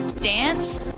dance